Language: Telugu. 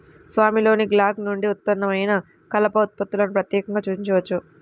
స్వామిలోని లాగ్ల నుండి ఉత్పన్నమైన కలప ఉత్పత్తులను ప్రత్యేకంగా సూచించవచ్చు